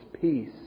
Peace